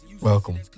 Welcome